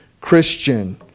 Christian